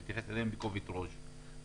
ולהתייחס אליהם בכובד ראש,